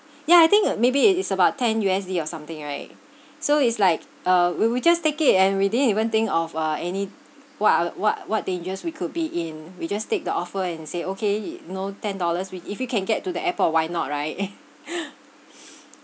ya I think uh maybe it is about ten U_S_D or something right so is like uh we we just take it and we didn't even think of uh any what are what what dangers we could be in we just take the offer and say okay you know ten dollars we if we can get to the airport why not right